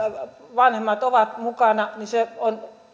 vanhemmat ovat mukana niin se on